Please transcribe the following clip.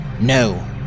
No